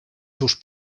seus